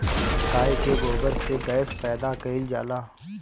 गाय के गोबर से गैस पैदा कइल जाला